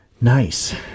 Nice